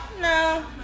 No